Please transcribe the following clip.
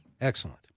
Excellent